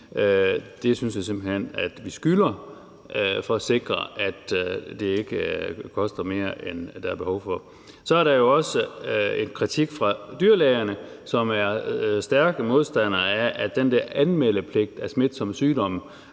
Det synes jeg simpelt hen at vi skylder dem for at sikre, at det ikke koster mere, end det er nødvendigt. Så er der jo også en kritik fra dyrlægerne, som er stærke modstandere af, at de nu også skal til at finansiere